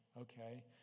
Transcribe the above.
okay